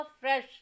fresh